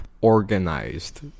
organized